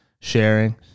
sharing